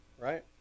Right